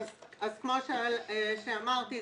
כמו שאמרתי,